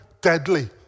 deadly